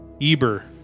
Eber